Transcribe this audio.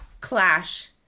clash